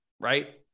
right